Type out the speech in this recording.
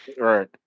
right